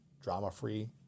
drama-free